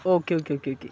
okay okay okay okay